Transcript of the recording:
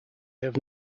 have